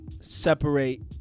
separate